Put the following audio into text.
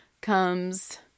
comes